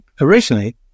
originally